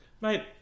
Mate